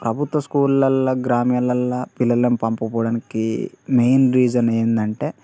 ప్రభుత్వ స్కూల్ల గ్రామీణాల పిల్లలని పంపుకోవడానికి మెయిన్ రీజన్ ఏంటంటే